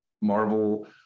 Marvel